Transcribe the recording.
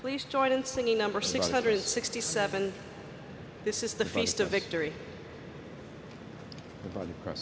please join in singing number six hundred and sixty seven this is the face to victory for